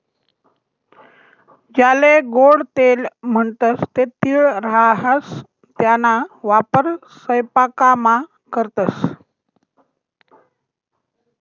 ज्याले गोडं तेल म्हणतंस ते तीळ राहास त्याना वापर सयपाकामा करतंस